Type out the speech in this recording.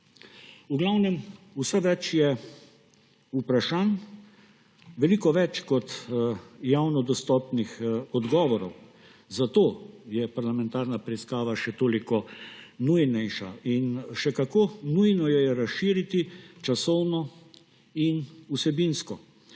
spodletel. Vse več je vprašanj, veliko več kot javno dostopnih odgovorov. Zato je parlamentarna preiskava še toliko nujnejša in še kako nujno jo je razširiti časovno in vsebinsko.